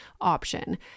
option